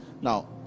now